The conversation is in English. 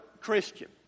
Christian